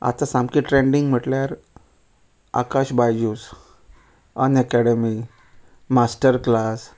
आतां सामकें ट्रेंडींग म्हटल्यार आकाश बायजूस अनएकॅडमी माश्टर क्लास